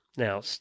Now